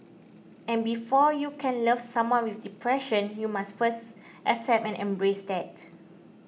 and before you can love someone with depression you must first accept and embrace that